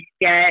get